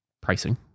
pricing